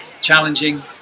challenging